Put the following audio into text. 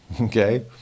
Okay